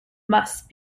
must